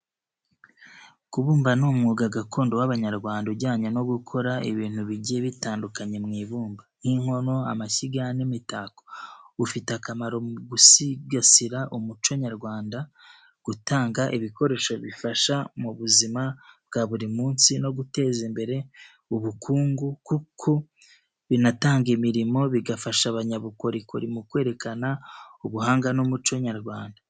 Kubumba ni umwuga gakondo w’Abanyarwanda ujyanye no gukora ibintu bigiye bitandukanye mu ibumba, nk’inkono, amashyiga, n’imitako. Ufite akamaro mu gusigasira umuco nyarwanda, gutanga ibikoresho bifasha mu buzima bwa buri munsi, no guteza imbere ubukungu kuko binatanga imirimo, bigafasha abanyabukorikori mu kwerekana ubuhanga n’umuco nyarwanda.